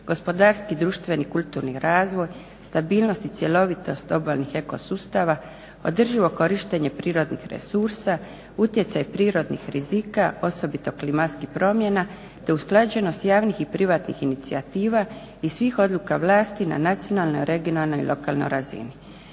gospodarski, društveni, kulturni razvoj, stabilnost i cjelovitost obalnih eko sustava, održivo korištenje prirodnih resursa, utjecaj prirodnih rizika, osobito klimatskih promjena, te usklađenost javnih i privatnih inicijativa i svih odluka vlasti na nacionalnoj, regionalnoj, lokalnoj razini.